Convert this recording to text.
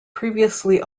previously